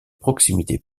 proximité